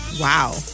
Wow